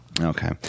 Okay